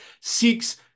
seeks